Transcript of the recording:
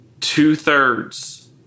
two-thirds